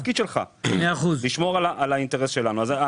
התפקיד שלך הוא לשמור על האינטרס שלנו.